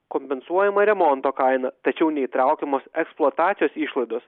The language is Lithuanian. kompensuojama remonto kaina tačiau neįtraukiamos eksploatacijos išlaidos